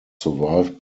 survived